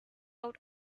out